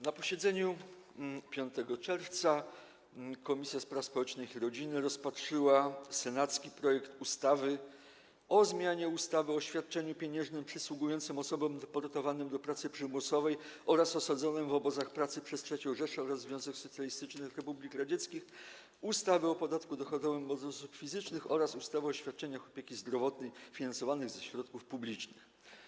Na posiedzeniu 5 czerwca Komisja Polityki Społecznej i Rodziny rozpatrzyła senacki projekt ustawy o zmianie ustawy o świadczeniu pieniężnym przysługującym osobom deportowanym do pracy przymusowej oraz osadzonym w obozach pracy przez III Rzeszę oraz Związek Socjalistycznych Republik Radzieckich, ustawy o podatku dochodowym od osób fizycznych oraz ustawy o świadczeniach opieki zdrowotnej finansowanych ze środków publicznych.